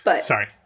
Sorry